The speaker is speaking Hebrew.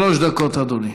שלוש דקות, אדוני.